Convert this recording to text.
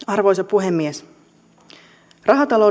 arvoisa puhemies